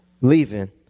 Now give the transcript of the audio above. leaving